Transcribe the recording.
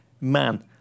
man